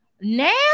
now